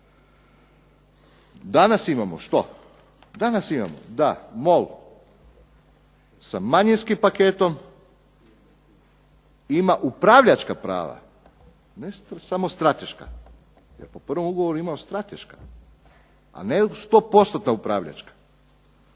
Danas imamo što? Danas imamo, da MOL, sa manjinskim paketom, ima upravljačka prava, ne samo strateška. Jer po prvom ugovoru je imao strateška, a ne 100%-tno upravljačka.